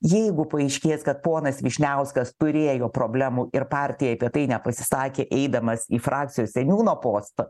jeigu paaiškės kad ponas vyšniauskas turėjo problemų ir partijai apie tai nepasisakė eidamas į frakcijos seniūno postą